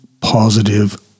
positive